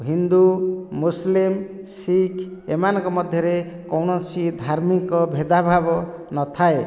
ହିନ୍ଦୁ ମୁସୁଲିମ୍ ଶିଖ୍ ଏମାନଙ୍କ ମଧରେ କୌଣସି ଧାର୍ମିକ ଭେଦାଭାବ ନଥାଏ